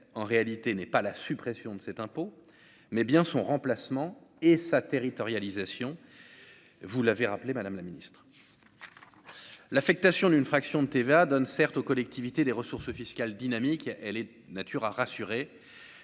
en réalité n'est pas la suppression de cet impôt, mais bien son remplacement et ça territorialisation, vous l'avez rappelé : Madame la Ministre, l'affectation d'une fraction de TVA donne certes aux collectivités des ressources fiscales dynamique, elle est de nature à rassurer